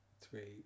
three